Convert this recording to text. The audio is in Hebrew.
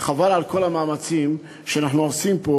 חבל על כל המאמצים שאנחנו עושים פה.